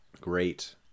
great